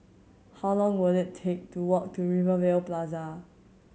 how long will it take to walk to Rivervale Plaza